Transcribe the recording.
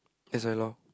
that's why lor